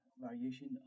variation